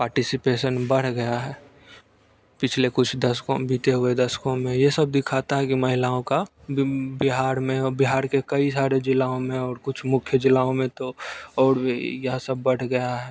participation बढ़ गया है पिछले कुछ दशकों में बीते हुए दशकों में ये सब दिखाता है कि महिलाओं का बीम बिहाड़ में बिहाड़ के कई सारे जिलाओं में और कुछ मुख्य जिलाओं में तो और भी यह सब बढ़ गया है